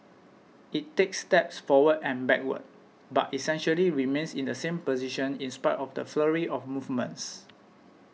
it takes steps forward and backward but essentially remains in the same position in spite of the flurry of movements